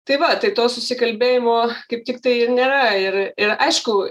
tai va tai to susikalbėjimo kaip tiktai ir nėra ir ir aišku